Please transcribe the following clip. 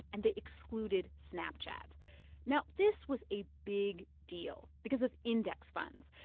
and they excluded snapchat now, this was a big deal because of index funds.